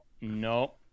no